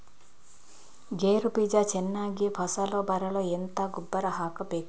ಗೇರು ಬೀಜ ಚೆನ್ನಾಗಿ ಫಸಲು ಬರಲು ಎಂತ ಗೊಬ್ಬರ ಹಾಕಬೇಕು?